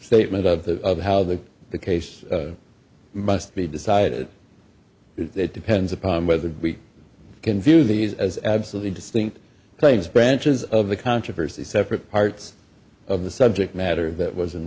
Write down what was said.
statement of the of how the the case must be decided it depends upon whether we can view these as absolutely distinct claims branches of the controversy separate parts of the subject matter that was in